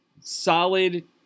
solid